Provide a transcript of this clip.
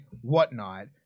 whatnot